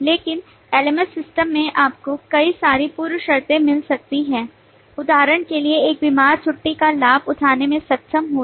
लेकिन LMS system में आपको कई सारी पूर्व शर्तें मिल सकती हैं उदाहरण के लिए एक बीमार छुट्टी का लाभ उठाने में सक्षम होना